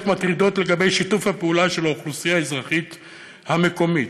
מטרידות לגבי שיתוף הפעולה של האוכלוסייה האזרחית המקומית,